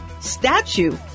statue